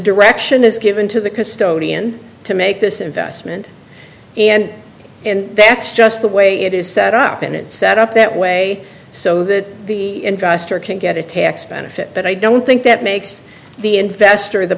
direction is given to the custodian to make this investment and and that's just the way it is set up and it set up that way so that the investor can get a tax benefit but i don't think that makes the investor the